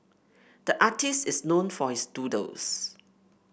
the artist is known for his doodles